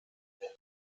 extra